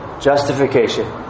Justification